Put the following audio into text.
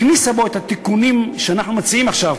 הכניסה בו את התיקונים שאנחנו מציעים עכשיו,